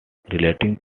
relating